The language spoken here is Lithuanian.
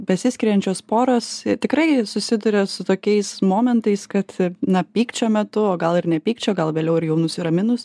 besiskiriančios poros tikrai susiduria su tokiais momentais kad na pykčio metu o gal ir ne pykčio gal vėliau ir jau nusiraminus